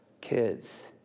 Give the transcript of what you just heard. Kids